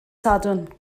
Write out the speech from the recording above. sadwrn